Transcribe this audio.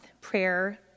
prayer